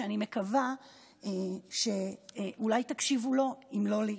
ואני מקווה שאולי תקשיבו לו אם לא לי: